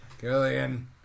Gillian